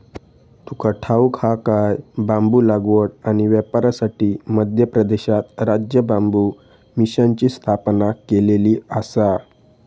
तुका ठाऊक हा काय?, बांबू लागवड आणि व्यापारासाठी मध्य प्रदेशात राज्य बांबू मिशनची स्थापना केलेली आसा